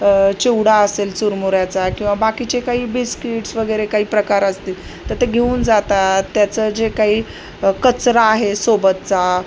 चिवडा असेल चुरमुुऱ्याचा किंवा बाकीचे काही बिस्किट्स वगैरे काही प्रकार असतील तर ते घेऊन जातात त्याचं जे काही कचरा आहे सोबतचा